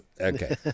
Okay